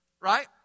Right